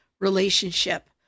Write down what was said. relationship